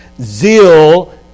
Zeal